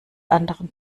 anderen